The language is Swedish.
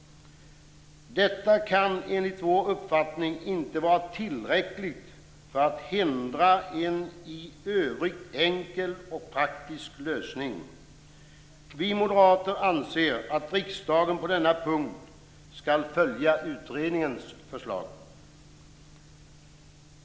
Detta kan enligt vår uppfattning inte vara tillräckligt för att hindra en i övrigt enkel och praktisk lösning. Vi moderater anser att riksdagen på denna punkt skall följa utredningens förslag.